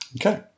Okay